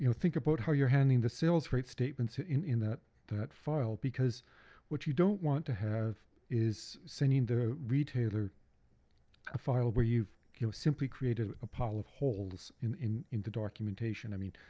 you know think about how you're handling the sales rights statements ah in in that that file because what you don't want to have is sending the retailer a file where you've simply created a pile of holes in in the documentation, i mean,